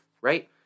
right